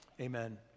Amen